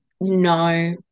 no